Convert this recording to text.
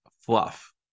fluff